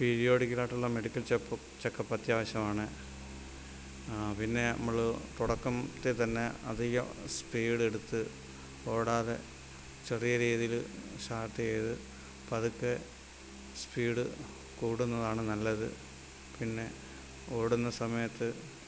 പിര്യോടിക്കലായിട്ടുള്ള medical checkup checkup അത്യാവശ്യമാണ് പിന്നെ നമ്മള് തുടക്കത്തിൽ തന്നെ അധികം സ്പീഡെടുത്ത് ഓടാതെ ചെറിയ രീതിയിൽ സ്റ്റാർട്ട് ചെയ്ത പതുക്കെ സ്പീഡ് കൂടുന്നതാണ് നല്ലത് പിന്നെ ഓടുന്ന സമയത്ത്